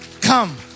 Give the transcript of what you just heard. come